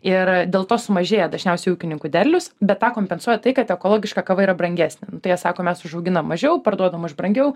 ir dėl to sumažėja dažniausiai ūkininkų derlius bet tą kompensuoja tai kad ekologiška kava yra brangesnė tai jie sako mes užauginam mažiau parduodam už brangiau